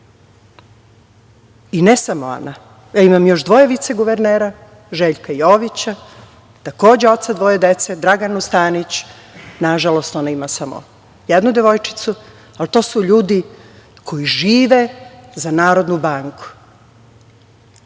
I ne samo Ana. Ja imam još dvoje viceguvernera, Željka Jovića, takođe oca dvoje dece, Draganu Stanić, na žalost, ona ima samo jednu devojčicu, ali to su ljudi koji žive za Narodnu banku.